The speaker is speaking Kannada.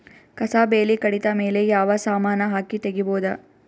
ಕಸಾ ಬೇಲಿ ಕಡಿತ ಮೇಲೆ ಯಾವ ಸಮಾನ ಹಾಕಿ ತಗಿಬೊದ?